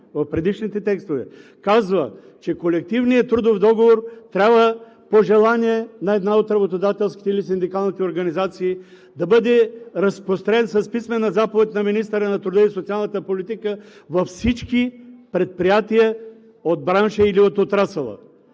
в предишните текстове казва, че колективният трудов договор трябва по желание на една от работодателските или синдикалните организации да бъде разпространен с писмена заповед на министъра на труда и социалната политика във всички предприятия от бранша или от отрасъла.